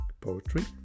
Poetry